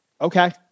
okay